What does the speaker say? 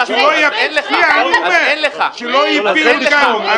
הינה, אני אומר, שלא יפיל אותנו.